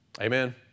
Amen